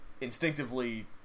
instinctively